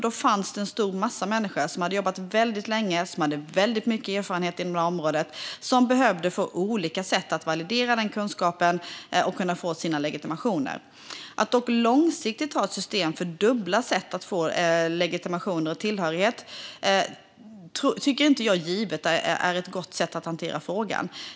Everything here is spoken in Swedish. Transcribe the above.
Det fanns en stor massa människor som hade jobbat väldigt länge och som hade väldigt mycket erfarenhet inom detta område som behövde få olika sätt att validera denna kunskap och att kunna få sina legitimationer. Att långsiktigt ha ett system för dubbla sätt att få legitimation och tillhörighet tycker jag dock inte givet är ett gott sätt att hantera frågan.